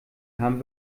haben